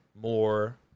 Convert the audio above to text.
more